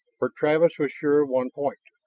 for travis was sure of one point.